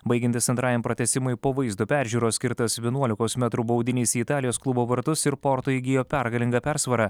baigiantis antrajam pratęsimui po vaizdo peržiūros skirtas vienuolikos metrų baudinys į italijos klubo vartus ir porto įgijo pergalingą persvarą